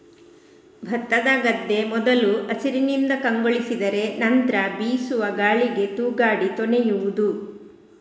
ಭತ್ತದ ಗದ್ದೆ ಮೊದಲು ಹಸಿರಿನಿಂದ ಕಂಗೊಳಿಸಿದರೆ ನಂತ್ರ ಬೀಸುವ ಗಾಳಿಗೆ ತೂಗಾಡಿ ತೊನೆಯುವುದು